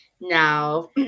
now